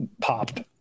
popped